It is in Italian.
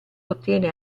ottiene